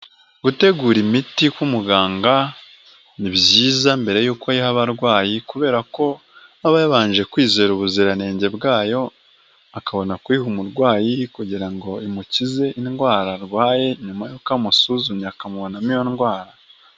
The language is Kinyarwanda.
Gutegura imiti k'umuganga, ni byiza mbere y'uko ayiha arwayi, kubera ko aba yabanje kwizera ubuziranenge bwayo, akabona kuyiha umurwayi kugira ngo imukize indwara arwaye, nyuma y'uko amusuzumye, akamubonamo iyo ndwara.